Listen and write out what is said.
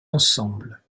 ensemble